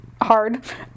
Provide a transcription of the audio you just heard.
hard